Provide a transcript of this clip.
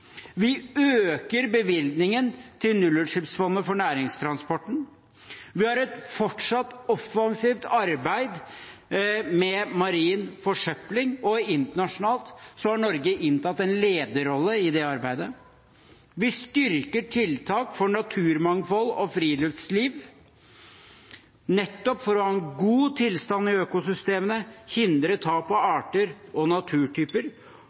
vi øker bevilgningen til nullutslippsfondet for næringstransporten, og vi har et fortsatt offensivt arbeid med marin forsøpling. Internasjonalt har Norge inntatt en lederrolle i det arbeidet. Vi styrker tiltak for naturmangfold og friluftsliv, nettopp for å ha en god tilstand i økosystemet, hindre tap av arter og naturtyper,